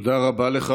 תודה רבה לך.